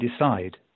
decide